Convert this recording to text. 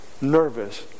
Nervous